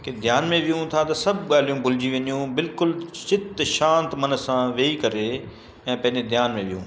कि ध्यान में विहूं था त सभु ॻाल्हियूं भुलिजी वञूं बिल्कुलु चित्त शांत मन सां वेही करे ऐं पंहिंजे ध्यान में विहूं